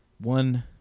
one